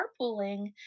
carpooling